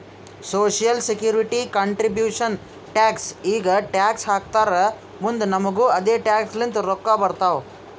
social security contribution tax ಈಗ tax ಹಾಕ್ತಾರ್ ಮುಂದ್ ನಮುಗು ಅದೆ ಟ್ಯಾಕ್ಸ್ ಲಿಂತ ರೊಕ್ಕಾ ಬರ್ತಾವ್